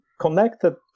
connected